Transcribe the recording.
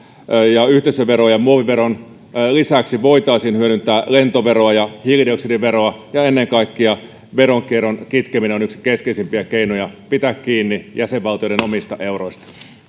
ja yhteisöveron ja muoviveron lisäksi voitaisiin hyödyntää lentoveroa ja hiilidioksidiveroa ennen kaikkea veronkierron kitkeminen on yksi keskeisimpiä keinoja pitää kiinni jäsenvaltioiden omista euroista